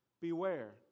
Beware